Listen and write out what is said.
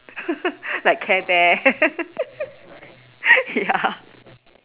like care bear ya